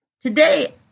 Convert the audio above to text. Today